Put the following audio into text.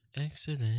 Excellent